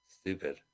stupid